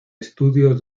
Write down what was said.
estudio